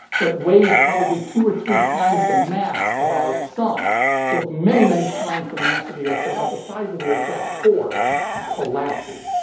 but weighs probably two or three times the mass of our sun so, it's many, many times the mass of the earth, but about the size of the earth, that core collapses.